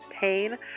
pain